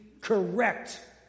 correct